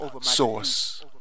source